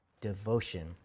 devotion